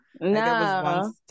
no